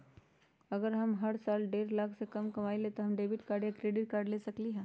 अगर हम हर साल डेढ़ लाख से कम कमावईले त का हम डेबिट कार्ड या क्रेडिट कार्ड ले सकली ह?